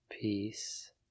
peace